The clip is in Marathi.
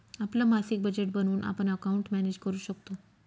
आपलं मासिक बजेट बनवून आपण अकाउंट मॅनेज करू शकतो